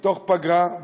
בפגרה,